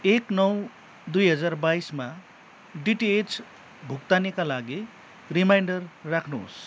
एक नौ दुई हजार बाइसमा डिटिएच भुक्तानीका लागि रिमाइन्डर राख्नुहोस्